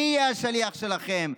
אני אהיה השליח שלכם,